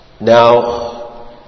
Now